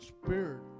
spirit